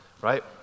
right